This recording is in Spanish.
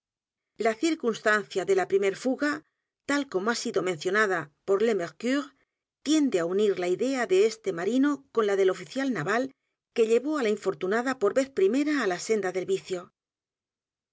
la circunstancia de la primer fuga tal como ha sido mencionada por le mercure tiende á unir la idea de este marino con la del oficial naval que llevó á la infortunada por vez primera á la senda del vicio